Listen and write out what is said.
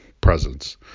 presence